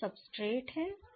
यह सब्सट्रेट है